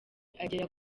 agera